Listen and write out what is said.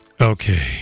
Okay